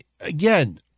again